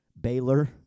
Baylor